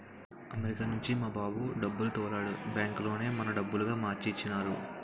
America నుంచి మా బాబు డబ్బులు తోలాడు బ్యాంకులోనే మన డబ్బులుగా మార్చి ఇచ్చినారు